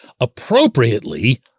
appropriately